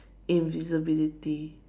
invisibility